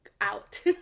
out